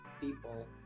people